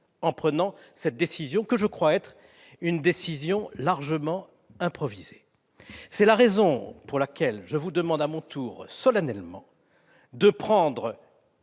en prenant cette décision, que je crois être largement improvisée. Très bien ! C'est la raison pour laquelle je vous demande à mon tour, solennellement, de prendre